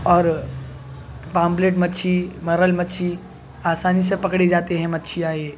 اور پاپلیٹ مچھلی مرل مچھلی آسانی سے پکڑی جاتے ہیں مچھلیاں یہ